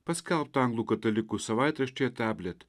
paskelbtą anglų katalikų savaitraštyje tablet